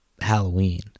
Halloween